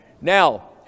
Now